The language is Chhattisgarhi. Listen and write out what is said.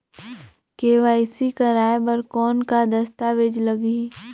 के.वाई.सी कराय बर कौन का दस्तावेज लगही?